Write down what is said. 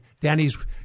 Danny's